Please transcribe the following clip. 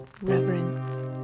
reverence